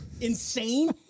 insane